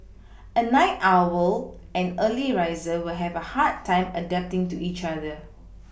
a night owl and early riser will have a hard time adapting to each other